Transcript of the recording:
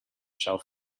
shelf